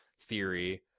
theory